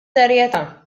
serjetà